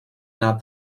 not